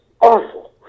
awful